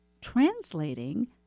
translating